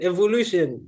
Evolution